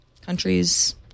Countries